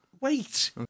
wait